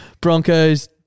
Broncos